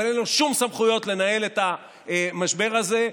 אבל אין לו שום סמכויות לנהל את המשבר הזה,